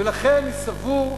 ולכן אני סבור,